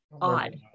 odd